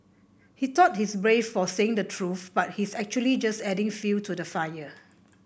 he thought he's brave for saying the truth but he's actually just adding fuel to the fire